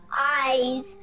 eyes